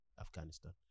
afghanistan